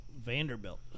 Vanderbilt